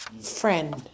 Friend